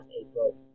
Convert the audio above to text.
April